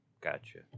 Gotcha